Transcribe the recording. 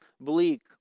bleak